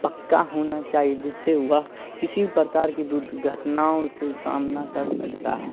पक्का होना चाहिए चाहिए जिससे यह किसी प्रकार की दुर्घटनाओं से सामना कर सकता है